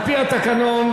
על-פי התקנון,